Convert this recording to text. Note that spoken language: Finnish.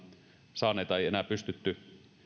saaneita ei enää pystytty